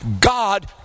God